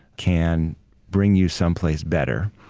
can bring you someplace better.